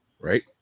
right